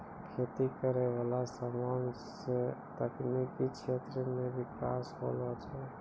खेती करै वाला समान से तकनीकी क्षेत्र मे बिकास होलो छै